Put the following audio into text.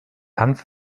hanf